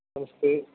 नमस्ते